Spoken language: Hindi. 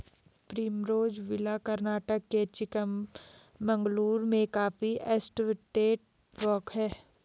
प्रिमरोज़ विला कर्नाटक के चिकमगलूर में कॉफी एस्टेट वॉक हैं